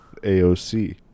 AOC